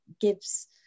gives